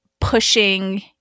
pushing